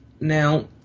Now